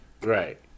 Right